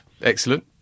excellent